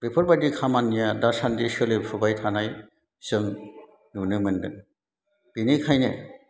बेफोरबायदि खामानिया दासान्दि सोलिफुबाय थानाय जों नुनो मोन्दों बेनिखायनो